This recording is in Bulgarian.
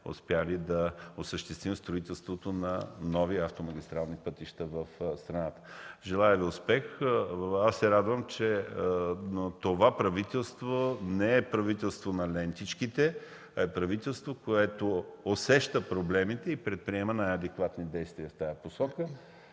сме успели да осъществим строителството на нови автомагистрални пътища в страната. Желая Ви успех! Радвам се, че това правителство не е правителство на лентичките (шум, оживление в КБ), а правителство, което усеща проблемите и предприема най-адекватни действия в тази посока.